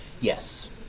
Yes